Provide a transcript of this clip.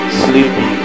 sleepy